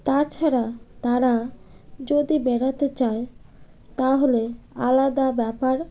তাছাড়া তারা যদি বেড়াতে চায় তাহলে আলাদা ব্যাপার